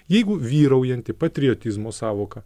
jeigu vyraujanti patriatizmo sąvoka